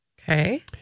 Okay